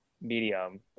medium